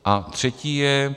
A třetí je...